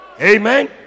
Amen